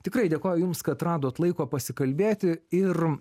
tikrai dėkoju jums kad radot laiko pasikalbėti ir